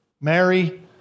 Mary